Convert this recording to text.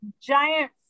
Giant